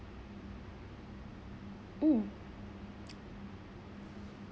mm